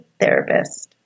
Therapist